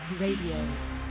Radio